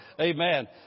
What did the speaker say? Amen